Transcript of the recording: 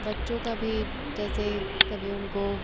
बच्चों का भी जैसे कभी उनको